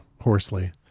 hoarsely